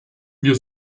wir